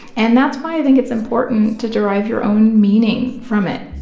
and that's why i think it's important to derive your own meaning from it